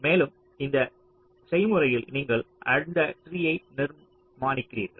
மேலும் இந்த செய்முறையில் நீங்கள் அந்த ட்ரீயை நிர்மாணிக்கிறீர்கள்